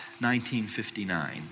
1959